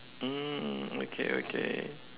mm okay okay